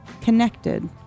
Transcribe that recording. connected